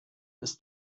ist